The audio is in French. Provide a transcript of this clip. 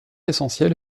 essentielle